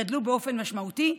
גדל באופן משמעותי,